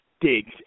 digs